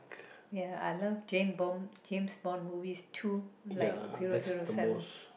ya I love Jame-Bond James-Bond movies too like zero zero seven